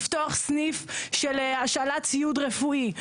לפתוח סניף של השאלת ציוד רפואי,